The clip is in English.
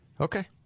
Okay